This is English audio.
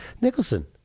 Nicholson